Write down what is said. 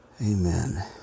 Amen